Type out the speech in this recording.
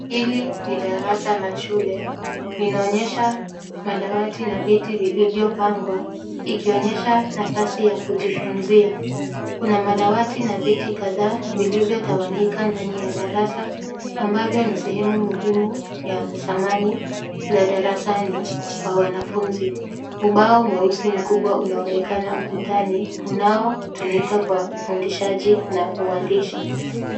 Hili ni darasa la shule, linaonyesha madawati na viti vilivyo pangwa, ikionyesha nafasi ya kujifunzia, kuna madawati na viti kadhaa vilivyotawanyika ndani ya darasa ambavyo ni sehemu muhimu ya samani za darasani kwa wanafunzi, ubao mweusi mkubwa unaonekana ukutani unaotumika kwa ufundishaji na uandishi.